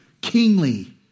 kingly